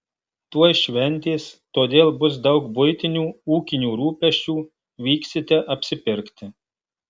tuoj šventės todėl bus daug buitinių ūkinių rūpesčių vyksite apsipirkti